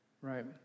Right